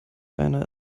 einer